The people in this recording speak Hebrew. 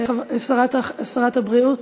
שרת הבריאות